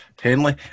Henley